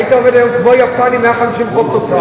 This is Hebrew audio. היית עומד היום כמו יפנים עם 150 חוב תוצר.